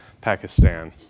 Pakistan